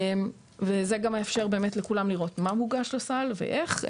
וזה גם מאפשר לכולם לראות מה מוגש לסל ואיך,